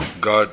God